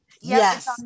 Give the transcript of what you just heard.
Yes